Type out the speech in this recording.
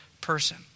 person